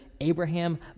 Abraham